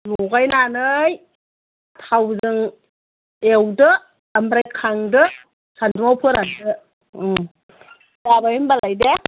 लगायनानै थावजों एवदो ओमफ्राय खांदो सानदुंआव फोरानदो जाबाय होनबालाय दे